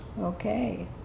Okay